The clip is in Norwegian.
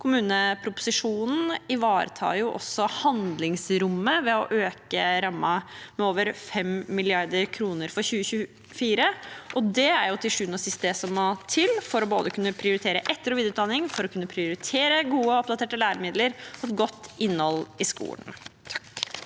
Kommuneproposisjonen ivaretar også handlingsrommet ved å øke rammen med over 5 mrd. kr for 2024. Det er til sjuende og sist det som må til for å kunne prioritere etter- og videreutdanning, og for å kunne prioritere gode og oppdaterte læremidler og godt innhold i skolen.